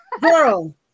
girl